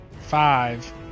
Five